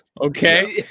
okay